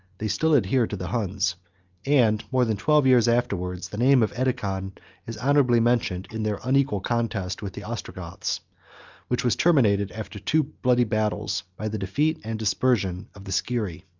they still adhered to the huns and more than twelve years afterwards, the name of edecon is honorably mentioned, in their unequal contests with the ostrogoths which was terminated, after two bloody battles, by the defeat and dispersion of the scyrri.